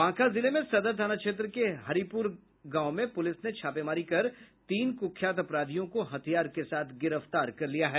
बांका जिले में सदर थाना क्षेत्र के हरिपुर गांव में पुलिस ने छापेमारी कर तीन कुख्यात अपराधियों को हथियार के साथ गिरफ्तार कर लिया है